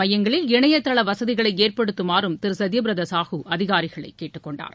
மையங்களில் வசதிகள் இந்த இணைதள ஏற்படுத்துமாறும் திரு சத்தியபிரதா சாஹூ அதிகாரிகளை கேட்டுக்கொண்டார்